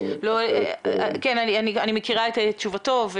אני מכירה את תשובתו.